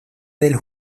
del